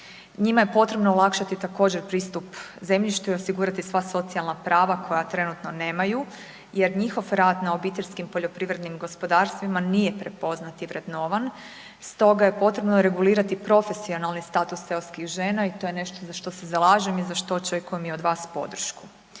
Njima je potrebno olakšati također pristup zemljištu i osigurati sva socijalna prava koja trenutno nemaju jer njihov rad na OPG-ovima nije prepoznat i vrednovan stoga je potrebno regulirati profesionalni status seoskih žena i to je nešto za što se zalažem i za što očekujem i od vas podršku.